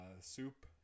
Soup